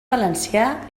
valencià